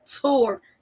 tour